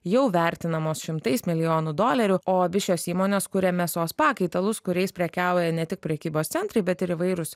jau vertinamos šimtais milijonų dolerių o abi šios įmonės kuria mėsos pakaitalus kuriais prekiauja ne tik prekybos centrai bet ir įvairūs